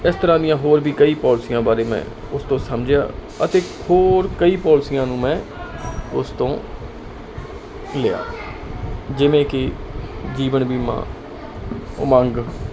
ਇਸ ਤਰ੍ਹਾਂ ਦੀਆਂ ਹੋਰ ਵੀ ਕਈ ਪੋਲਸੀਆਂ ਬਾਰੇ ਮੈਂ ਉਸ ਤੋਂ ਸਮਝਿਆ ਅਤੇ ਹੋਰ ਕਈ ਪੋਲਸੀਆਂ ਨੂੰ ਮੈਂ ਉਸ ਤੋਂ ਲਿਆ ਜਿਵੇਂ ਕਿ ਜੀਵਨ ਬੀਮਾ ਉਮੰਗ